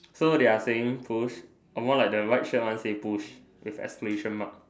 so they are saying push more like the white shirt one say push with exclamation mark